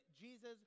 Jesus